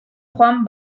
juan